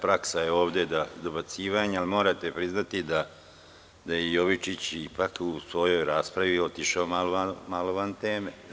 Praksa je ovde dobacivanja, ali morate priznati da je Jovičić u svojoj raspravi otišao malo van teme.